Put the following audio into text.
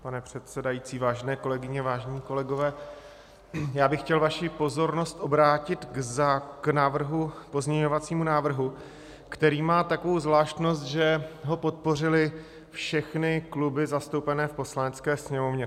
Pane předsedající, vážené kolegyně, vážení kolegové, já bych chtěl vaši pozornost obrátit k pozměňovacímu návrhu, který má takovou zvláštnost, že ho podpořily všechny kluby zastoupené v Poslanecké sněmovně.